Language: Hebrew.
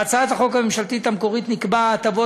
בהצעת החוק הממשלתית המקורית נקבע שההטבות